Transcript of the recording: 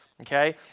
okay